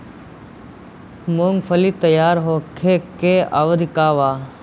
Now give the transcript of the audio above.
मूँगफली तैयार होखे के अवधि का वा?